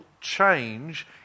change